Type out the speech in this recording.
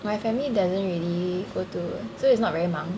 my family doesn't really go to so it's not very 忙